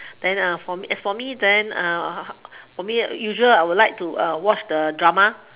then uh for me as for me then usual I would like to watch the drama